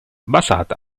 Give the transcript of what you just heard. basata